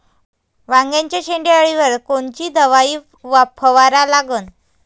वांग्याच्या शेंडी अळीवर कोनची दवाई फवारा लागन?